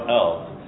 else